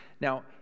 Now